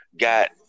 got